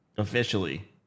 Officially